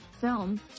film